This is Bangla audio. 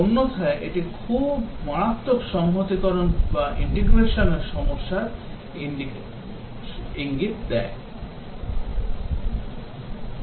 অন্যথায় এটি খুব মারাত্মক সংহতকরণ সমস্যার ইঙ্গিত দেবে